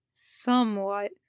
Somewhat